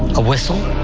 a whistle?